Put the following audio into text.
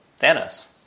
Thanos